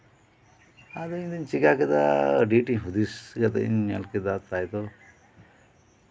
ᱟᱫᱚᱧ ᱪᱤᱠᱟ ᱠᱮᱫᱟ ᱟᱹᱰᱤ ᱟᱸᱴᱤᱧ ᱦᱩᱫᱤᱥ ᱠᱟᱛᱮᱧ ᱧᱮᱞ ᱠᱮᱫᱟ ᱛᱟᱭᱛᱚ